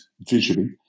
visually